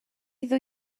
ddwy